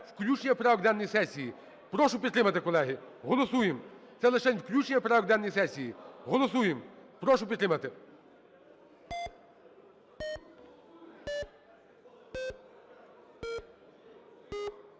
включення в порядок денний сесії. Прошу підтримати, колеги. Голосуємо. Це лишень включення в порядок денний сесії. Голосуємо. Прошу підтримати.